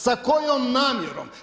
Sa kojom namjerom?